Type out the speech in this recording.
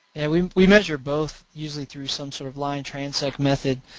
and we we measure both usually through some sort of line transect method.